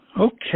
Okay